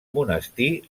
monestir